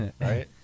right